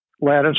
lattice